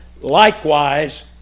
likewise